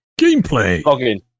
Gameplay